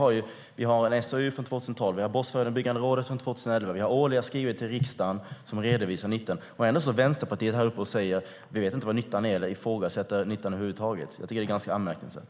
Det finns en SOU från 2012, en rapport från Brottsförebyggande rådet från 2011 och en årlig skrivelse från regeringen till riksdagen som redovisar nyttan. Ändå ifrågasätter Vänsterpartiet nyttan över huvud taget. Jag tycker att det är anmärkningsvärt.